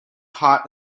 hot